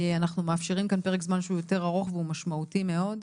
אנחנו מאפשרים כאן פרק זמן שהוא יותר ארוך והוא משמעותי מאוד.